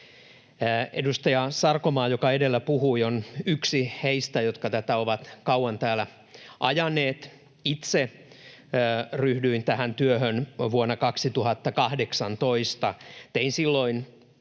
Edustaja Sarkomaa, joka edellä puhui, on yksi heistä, jotka tätä ovat kauan täällä ajaneet. Itse ryhdyin tähän työhön vuonna 2018.